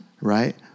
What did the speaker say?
right